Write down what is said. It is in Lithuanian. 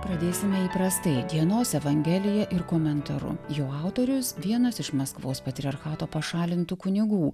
pradėsime įprastai dienos evangelija ir komentaru jo autorius vienas iš maskvos patriarchato pašalintų kunigų